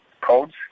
codes